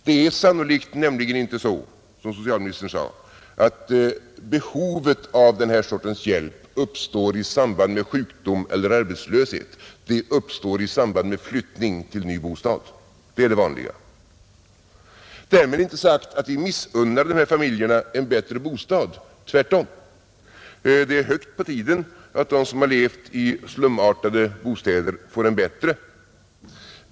Det är sannolikt inte så som socialministern sade, att behovet av denna sorts hjälp uppkommer i samband med sjukdom eller arbetslöshet. Det uppstår i samband med flyttning till ny bostad — det är det vanliga. Därmed inte sagt att vi missunnar dessa familjer en bättre bostad. Tvärtom! Det är på tiden att de som levt i slumartade bostäder får det bättre.